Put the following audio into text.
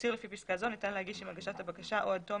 תצהיר לפי פסקה זו ניתן להגיש עם הגשת הבקשה או עד תום